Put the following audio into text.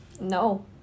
No